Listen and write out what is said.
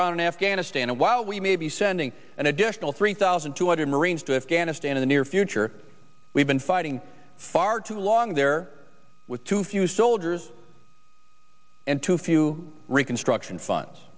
ground in afghanistan and while we may be sending an additional three thousand two hundred marines to afghanistan in the near future we've been fighting far too long there with too few soldiers and too few reconstruction funds